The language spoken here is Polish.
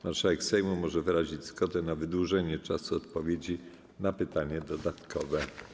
Marszałek Sejmu może wyrazić zgodę na wydłużenie czasu odpowiedzi na pytanie dodatkowe.